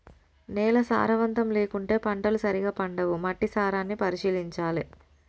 నేల సారవంతం లేకుంటే పంటలు సరిగా పండవు, మట్టి సారాన్ని పరిశీలించాలె